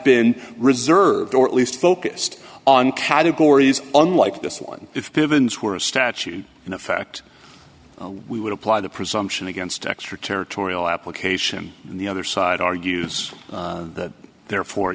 been reserved or at least focused on categories unlike this one if pivots were a statute in effect we would apply the presumption against extraterritorial application and the other side argues that therefore